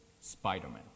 Spider-Man